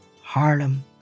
Harlem